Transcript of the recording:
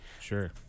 Sure